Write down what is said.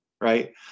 Right